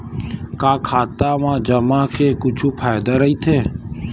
का खाता मा जमा के कुछु फ़ायदा राइथे?